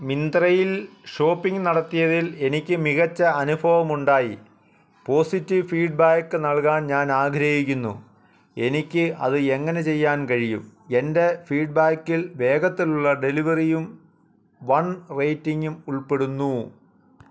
മിന്ത്രയിൽ ഷോപ്പിംഗ് നടത്തിയതിൽ എനിക്ക് മികച്ച അനുഭവമുണ്ടായി പോസിറ്റീവ് ഫീഡ് ബാക്ക് നൽകാൻ ഞാൻ ആഗ്രഹിക്കുന്നു എനിക്ക് അത് എങ്ങനെ ചെയ്യാൻ കഴിയും എൻ്റെ ഫീഡ് ബാക്കിൽ വേഗത്തിലുള്ള ഡെലിവറിയും വൺ റേറ്റിംഗും ഉൾപ്പെടുന്നു